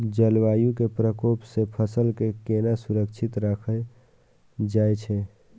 जलवायु के प्रकोप से फसल के केना सुरक्षित राखल जाय छै?